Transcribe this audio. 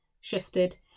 shifted